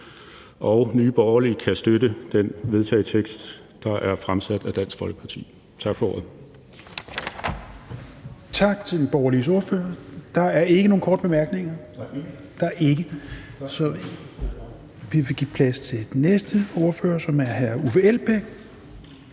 Nye Borgerlige kan støtte den vedtagelsestekst, der er fremsat af Dansk Folkeparti. Tak for ordet.